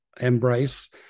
embrace